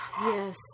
Yes